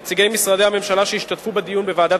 נציגי משרדי הממשלה שהשתתפו בדיון בוועדת